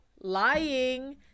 Lying